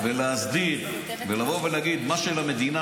לבוא ולהסדיר ולבוא ולהגיד: מה ששל המדינה,